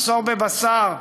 מחסור בבשר,